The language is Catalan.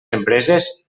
empreses